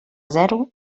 zero